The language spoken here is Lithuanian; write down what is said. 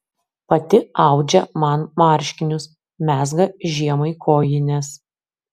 pati audžia man marškinius mezga žiemai kojines